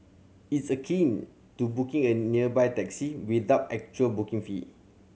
it's akin to booking a nearby taxi without actual booking fee